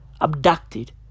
abducted